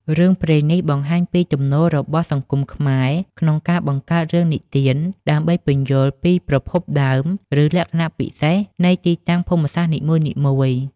រឿងព្រេងនេះបង្ហាញពីទំនោររបស់សង្គមខ្មែរក្នុងការបង្កើតរឿងនិទានដើម្បីពន្យល់ពីប្រភពដើម ឬលក្ខណៈពិសេសនៃទីតាំងភូមិសាស្ត្រនីមួយៗ។